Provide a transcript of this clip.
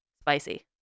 Spicy